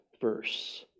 Verse